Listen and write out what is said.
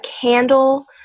candle